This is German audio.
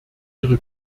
ihre